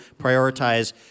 prioritize